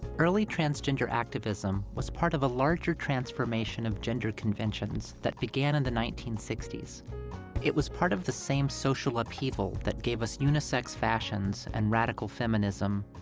early transgender activism was part of a larger transformation of gender conventions that began in the nineteen sixty s it was part of the same social upheaval that gave us unisex fashions and radical feminism,